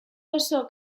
oso